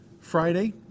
Friday